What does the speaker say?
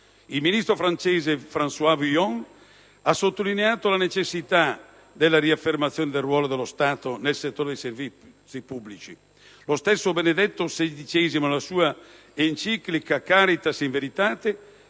il ministro francese François Fillon ha sottolineato la necessità della riaffermazione del ruolo dello Stato nel settore dei servizi pubblici. Lo stesso Benedetto XVI, nella sua recente enciclica *Caritas in veritate*,